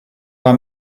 war